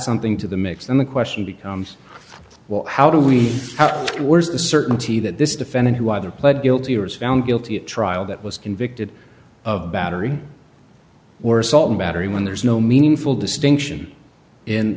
something to the mix then the question becomes well how do we how it was a certainty that this defendant who either pled guilty or is found guilty at trial that was convicted of battery or assault and battery when there's no meaningful distinction in